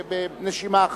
בנשימה אחת.